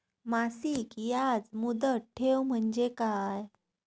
मासिक याज मुदत ठेव म्हणजे काय?